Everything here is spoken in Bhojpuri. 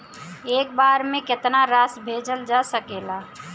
एक बार में केतना राशि भेजल जा सकेला?